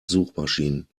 suchmaschinen